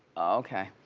okay.